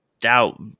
doubt